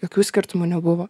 jokių skirtumų nebuvo